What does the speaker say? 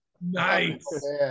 nice